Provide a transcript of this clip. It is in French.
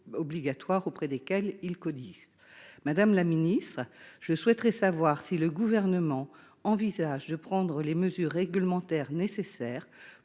obligatoires auprès desquels il cotise. Madame la secrétaire d'État, je souhaite savoir si le Gouvernement envisage de prendre les mesures réglementaires nécessaires